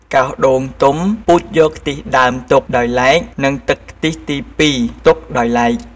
កោសដូងទុំពូតយកខ្ទិះដើមទុកដោយឡែក និងទឹកខ្ទិះទី២ ទុកដោយឡែក។